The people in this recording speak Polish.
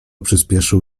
przyspieszył